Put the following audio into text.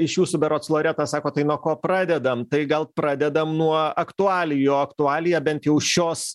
iš jūsų berods loreta sako tai nuo ko pradedam tai gal pradedam nuo aktualijų aktualija bent jau šios